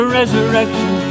resurrection